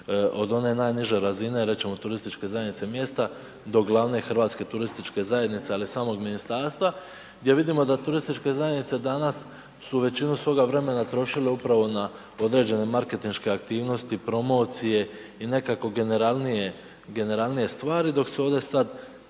od one najniže razine rečemo turističke zajednice mjesta do glavne Hrvatske turističke zajednice ali samog ministarstva gdje vidimo da turističke zajednice su većinu svoga vremena trošile upravo na određene marketinške aktivnosti, promocije i nekako generalnije stvari dok se ovdje sada